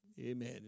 Amen